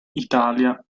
italia